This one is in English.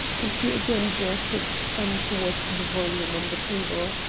and he again jerked his thumb towards the volume on the table.